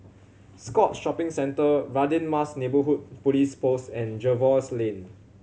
Scotts Shopping Centre Radin Mas Neighbourhood Police Post and Jervois Lane